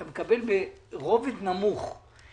אתה מקבל ברובד נמוך,